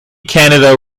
canada